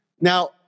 Now